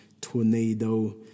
tornado